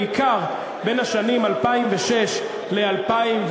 בעיקר בין השנים 2006 ו-2011,